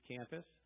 Campus